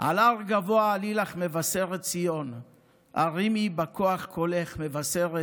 "על הר גבה עלי לך מבשרת ציון הרימי בכח קולך מבשרת